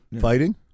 Fighting